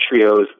trios